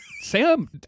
sam